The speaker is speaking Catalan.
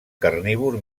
carnívor